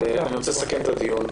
אני רוצה לסכם את הדיון.